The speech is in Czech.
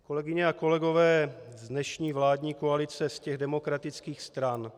Kolegyně a kolegové, dnešní vládní koalice z těch demokratických stran.